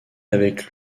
avec